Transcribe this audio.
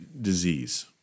disease